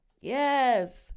Yes